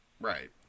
Right